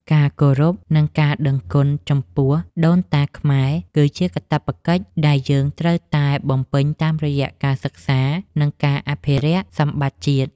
ការគោរព និង ការដឹងគុណចំពោះដូនតាខ្មែរគឺជាកាតព្វកិច្ចដែលយើងត្រូវតែបំពេញតាមរយៈការសិក្សា និង ការអភិរក្សសម្បត្តិជាតិ។